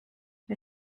wir